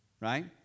right